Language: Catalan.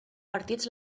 partits